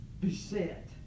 beset